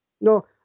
No